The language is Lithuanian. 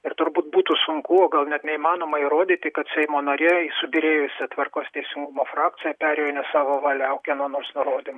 ir turbūt būtų sunku o gal net neįmanoma įrodyti kad seimo nariai subyrėjusią tvarkos teisingumo frakciją perėjo ne savo valia o kieno nors nurodym